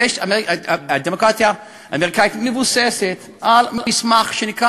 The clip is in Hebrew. והדמוקרטיה האמריקנית מבוססת על מסמך שנקרא